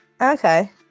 Okay